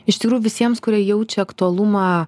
iš tikrųjų visiems kurie jaučia aktualumą